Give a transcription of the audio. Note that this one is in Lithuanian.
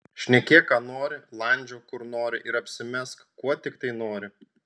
šnekėk ką nori landžiok kur nori ir apsimesk kuo tiktai nori